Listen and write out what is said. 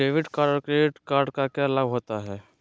Debit card और credit card क्या लाभ होता है?